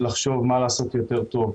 לחשוב מה לעשות יותר טוב.